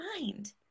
mind